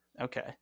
Okay